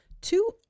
Two